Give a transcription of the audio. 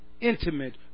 intimate